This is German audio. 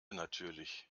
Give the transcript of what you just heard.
natürlich